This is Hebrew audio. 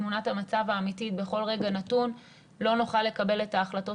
תמונת המצב האמיתית בכל רגע נתון לא נוכל לקבל את ההחלטות